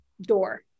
door